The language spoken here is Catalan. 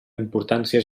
importància